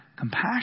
Compassion